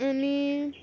आनी